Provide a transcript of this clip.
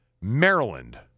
Maryland